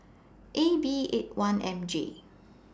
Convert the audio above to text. A B eight one M J